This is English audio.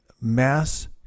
mass